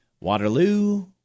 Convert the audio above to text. Waterloo